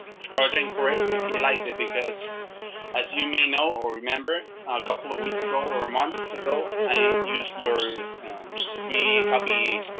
charging for it if he likes it, because as you may know, or remember a couple of weeks ago or a month ago, i used your free copy.